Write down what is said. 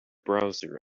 browser